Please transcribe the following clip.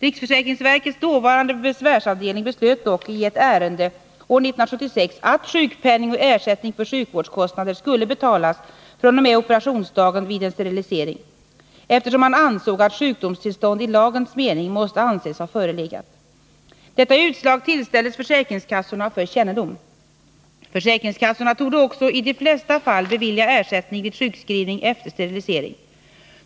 Riksförsäkringsverkets dåvarande besvärsavdelning beslöt dock i ett ärende år 1976 att sjukpenning och ersättning för sjukvårdskostnader skulle betalas fr.o.m. operationsdagen vid en sterilisering, eftersom man ansåg att sjukdomstillstånd i lagens mening måste anses ha förelegat. Detta utslag tillställdes försäkringskassorna för kännedom. Försäkringskassorna torde också i de flesta fall bevilja ersättning vid sjukskrivning efter sterilisering.